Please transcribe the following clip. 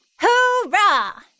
Hoorah